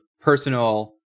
personal